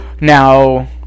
now